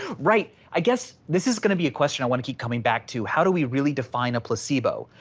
right, i guess this is gonna be a question i wanna keep coming back to how do we really define a placebo?